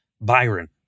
Byron